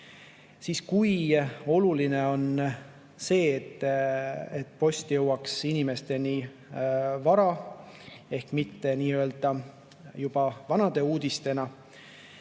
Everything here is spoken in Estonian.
ilma. Kui oluline on see, et post jõuaks inimesteni vara ehk mitte nii-öelda vanade uudistena?